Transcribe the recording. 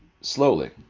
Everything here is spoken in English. slowly